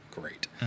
great